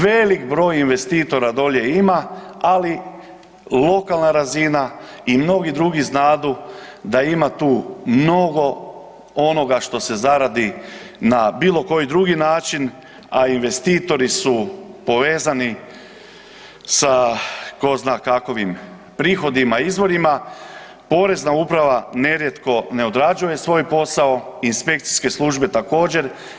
Velik broj investitora dolje ima, ali lokalna razina i mnogi drugi znadu da ima tu mnogo onoga što se zaradi na bilo koji drugi način, a investitori su povezani sa ko zna kakovim prihodima izvorima, Porezna uprava nerijetko ne odrađuje svoj posao, inspekcije službe također.